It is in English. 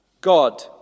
God